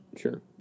sure